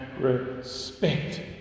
respect